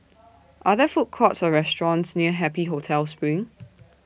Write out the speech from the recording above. Are There Food Courts Or restaurants near Happy Hotel SPRING